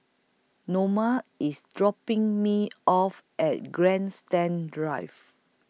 Norma IS dropping Me off At Grandstand Drive